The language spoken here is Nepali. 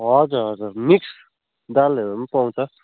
हजुर हजुर मिक्स दालहरू पनि पाउँछ